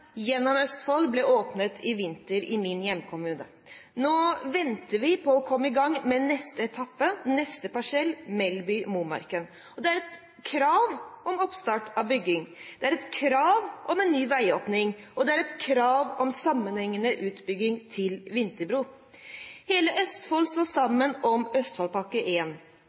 gjennom Østfold ble åpnet i vinter i min hjemkommune. Nå venter vi på å komme i gang med neste etappe, neste parsell, Melleby–Momarken. Det er et krav om oppstart av bygging, det er et krav om en ny veiåpning, og det er et krav om sammenhengende utbygging til Vinterbro. Hele Østfold står sammen om